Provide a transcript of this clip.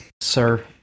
Sir